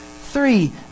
three